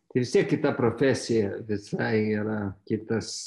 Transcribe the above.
tai vis tiek kita profesija visai yra kitas